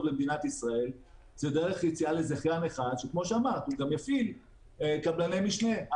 למדינת ישראל זה דרך יציאה לזכיין אחד שגם יפעיל קבלני משנה,